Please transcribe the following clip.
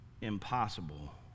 impossible